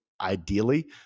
ideally